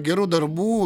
gerų darbų